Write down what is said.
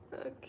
Okay